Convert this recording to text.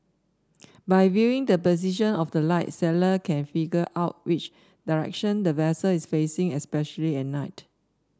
by viewing the position of the light sailor can figure out which direction the vessel is facing especially at night